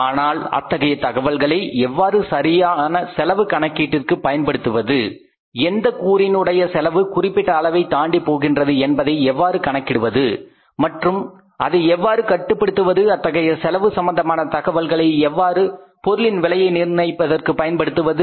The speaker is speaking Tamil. ஆனால் அத்தகைய தகவல்களை எவ்வாறு சரியான செலவு கணக்கீட்டிற்கு பயன்படுத்துவது எந்த கூறினுடைய செலவு குறிப்பிட்ட அளவைத் தாண்டி போகின்றது என்பதை எவ்வாறு கணக்கிடுவது மற்றும் அதை எவ்வாறு கட்டுப்படுத்துவது அத்தகைய செலவு சம்பந்தமான தகவல்களை எவ்வாறு பொருளின் விலையை நிர்ணயிப்பதற்கு பயன்படுத்துவது